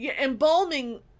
embalming